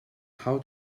how